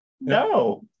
no